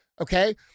okay